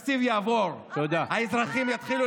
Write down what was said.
מגדילים תקציבים בפריפריה, מגדילים תקציבים